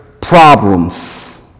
problems